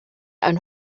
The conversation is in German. ein